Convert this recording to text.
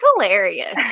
hilarious